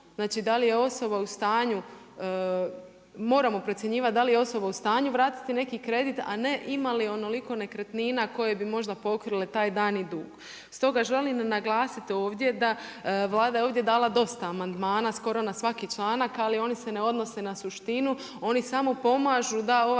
stanju, moramo procjenjivati da li je osoba u stanju vratiti neki kredit, a ne ima li onoliko nekretnina koja bi možda pokrile taj dani dug. Stoga želim naglasiti ovdje da Vlada je ovdje dala dosta amandmana, skoro na svaki članak, ali oni se ne odnose na suštinu, oni samo pomažu da ovaj